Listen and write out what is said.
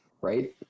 right